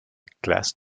classe